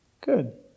Good